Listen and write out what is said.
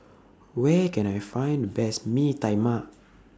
Where Can I Find Best Mee Tai Mak